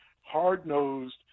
hard-nosed